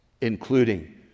including